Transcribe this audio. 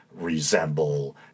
resemble